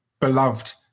beloved